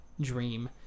dream